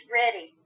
ready